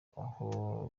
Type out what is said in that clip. aho